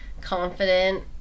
confident